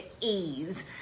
ease